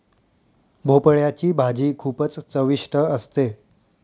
भोपळयाची भाजी खूपच चविष्ट असते